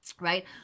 right